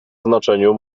znaczeniu